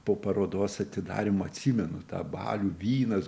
po parodos atidarymo atsimenu tą balių vynas